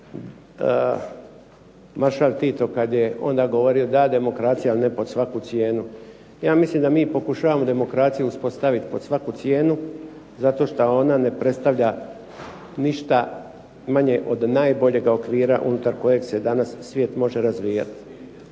maršal Tito kad je onda govorio da demokracija, ali ne pod svaku cijenu. Ja mislim da mi pokušavamo demokraciju uspostaviti pod svaku cijenu zato što ona ne predstavlja ništa manje od najboljega okvira unutar kojeg se danas svijet može razvijati.